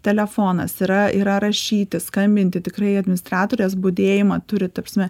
telefonas yra yra rašyti skambinti tikrai administratorės budėjimą turi ta prasme